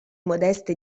modeste